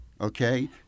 Okay